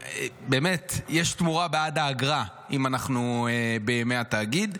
יש תמורה בעד האגרה, אם אנחנו בימי התאגיד.